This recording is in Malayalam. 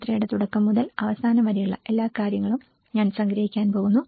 യാത്രയുടെ തുടക്കം മുതൽ അവസാനം വരെയുള്ള എല്ലാ കാര്യങ്ങളും ഞാൻ സംഗ്രഹിക്കാൻ പോകുന്നു